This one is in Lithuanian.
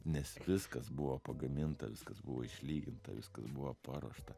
nes viskas buvo pagaminta viskas buvo išlyginta viskas buvo paruošta